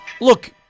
Look